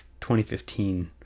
2015